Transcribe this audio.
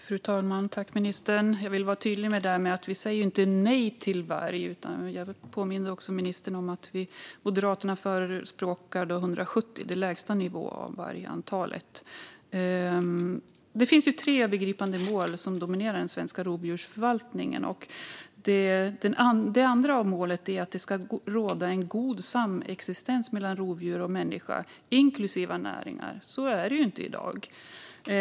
Fru talman! Jag vill vara tydlig med att vi inte säger nej till varg. Jag påminner ministern om att Moderaterna förespråkar 170 vargar, den lägsta nivån. Det finns tre övergripande mål som dominerar den svenska rovdjursförvaltningen. Det andra målet är att det ska råda en god samexistens mellan rovdjur och människa, inklusive näringar. Så är det inte i dag.